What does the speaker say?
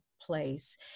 place